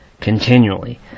continually